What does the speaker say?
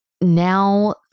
now